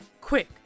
Quick